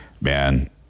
Man